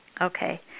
Okay